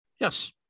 Yes